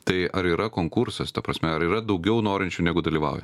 tai ar yra konkursas ta prasme ar yra daugiau norinčių negu dalyvauja